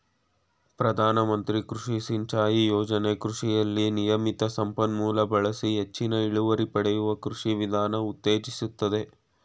ಪ್ರಧಾನಮಂತ್ರಿ ಕೃಷಿ ಸಿಂಚಾಯಿ ಯೋಜನೆ ಕೃಷಿಯಲ್ಲಿ ನಿಯಮಿತ ಸಂಪನ್ಮೂಲ ಬಳಸಿ ಹೆಚ್ಚಿನ ಇಳುವರಿ ಪಡೆಯುವ ಕೃಷಿ ವಿಧಾನ ಉತ್ತೇಜಿಸ್ತದೆ